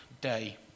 day